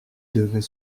devait